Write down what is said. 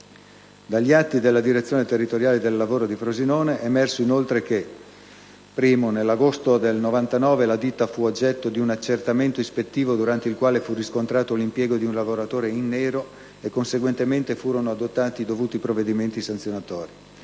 Dagli atti della direzione territoriale del lavoro di Frosinone è emerso, inoltre, che: nell'agosto del 1999 la ditta fu oggetto di un accertamento ispettivo durante il quale fu riscontrato l'impiego di un lavoratore in nero e, conseguentemente, furono adottati i dovuti provvedimenti sanzionatori;